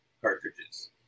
cartridges